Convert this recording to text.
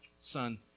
Son